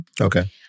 okay